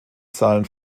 zahlen